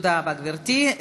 תודה רבה, גברתי.